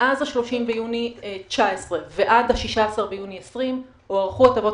מאז ה-30 ביוני 2019 ועד ה-16 ביוני 2020 הוארכו הטבות